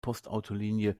postautolinie